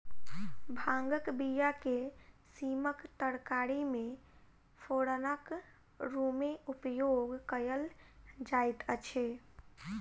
भांगक बीया के सीमक तरकारी मे फोरनक रूमे उपयोग कयल जाइत अछि